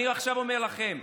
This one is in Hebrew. אני עכשיו אומר לכם,